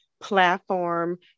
platform